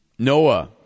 Noah